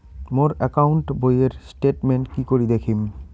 মোর account বইয়ের statement কি করি দেখিম?